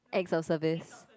acts of service